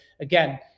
again